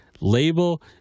Label